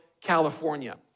California